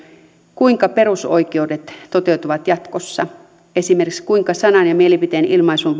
kuinka perusoikeudet toteutuvat jatkossa esimerkiksi kuinka sanan ja mielipiteen ilmaisun